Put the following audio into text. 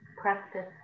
practice